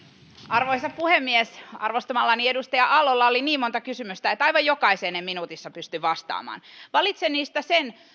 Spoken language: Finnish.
arvoisa puhemies arvostamallani edustaja aallolla oli niin monta kysymystä että aivan jokaiseen en minuutissa pysty vastaamaan valitsen niistä sen